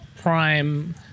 prime